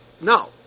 No